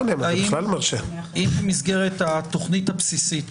התוכנית הבסיסית